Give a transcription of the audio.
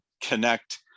connect